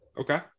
Okay